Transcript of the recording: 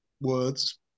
words